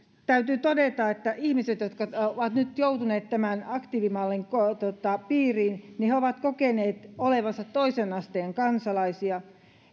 täytyy todeta että ihmiset jotka ovat nyt joutuneet tämän aktiivimallin piiriin ovat kokeneet olevansa toisen asteen kansalaisia